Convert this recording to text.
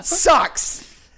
sucks